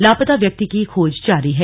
लापता व्यक्ति की खोज जारी है